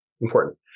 important